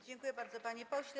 Dziękuję bardzo, panie pośle.